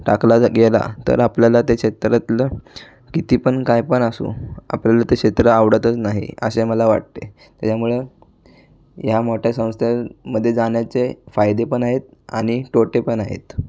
टाकला जर गेला तर आपल्याला त्या क्षेत्रातलं किती पण काही पण असो आपल्याला त्या क्षेत्र आवडतच नाही असे मला वाटते यामुळं ह्या मोठ्या संस्थेमध्ये जाण्याचे फायदे पण आहेत आणि तोटे पण आहेत